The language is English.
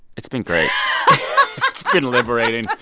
it's been great it's been liberating.